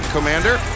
Commander